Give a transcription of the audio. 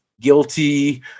guilty